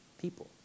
people